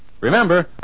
Remember